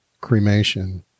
cremation